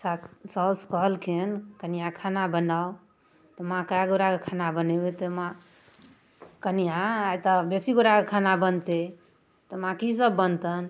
सास साउस कहलखिन कनिआ खाना बनाउ तऽ माँ कै गोटाके खाना बनेबै तऽ माँ कनिआ आइ तऽ बेसी गोटाके खाना बनते तऽ माँ किसब बनतनि